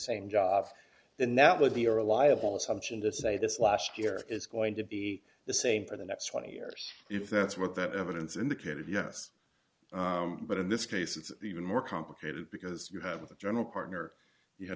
same job then that would be or a liable assumption to say this last year is going to be the same for the next twenty years if that's what that evidence indicated yes but in this case it's even more complicated because you have the general partner you